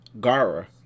Gara